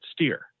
steer